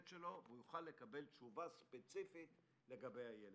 שלו ויוכל לקבל תשובה ספציפית לגבי הילד.